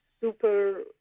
super